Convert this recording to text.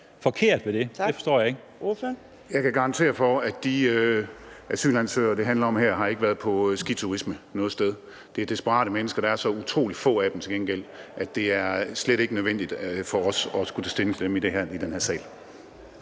Ordføreren. Kl. 17:16 Torsten Gejl (ALT): Jeg kan garantere for, at de asylansøgere, det handler om her, ikke har været på skitur noget sted. Det er desperate mennesker, og der er til gengæld så utrolig få af dem, at det slet ikke er nødvendigt for os at tage stilling til dem i den her sag.